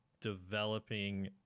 developing